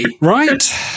Right